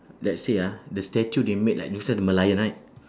let's say ah the statue they make like different the merlion right